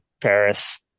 Paris